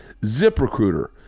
ZipRecruiter